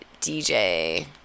DJ